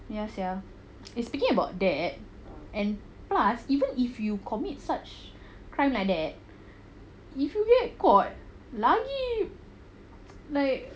ya sia eh speaking about that and plus even if you commit such crime like that if you get caught lagi like